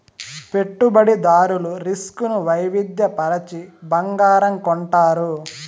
పెట్టుబడిదారులు రిస్క్ ను వైవిధ్య పరచి బంగారం కొంటారు